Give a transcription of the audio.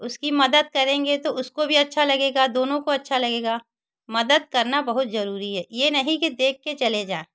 उसकी मदद करेंगे तो उसको भी अच्छा लगेगा दोनों को अच्छा लगेगा मदद करना बहुत ज़रूरी है यह नहीं कि देख के चले जाएँ